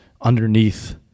underneath